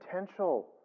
potential